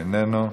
איננו,